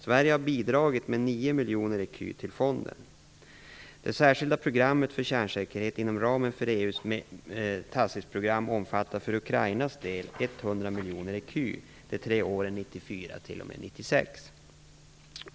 Sverige har bidragit med 9 Det särskilda programmet för kärnsäkerhet inom ramen för EU:s TACIS-program omfattar för Ukrainas del 100 miljoner ecu de tre åren 1994 t.o.m. 1996.